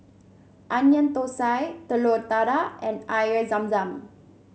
Onion Thosai Telur Dadah and Air Zam Zam